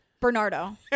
Bernardo